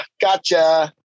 gotcha